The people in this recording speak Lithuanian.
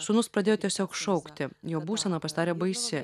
sūnus pradėjo tiesiog šaukti jo būsena pasidarė baisi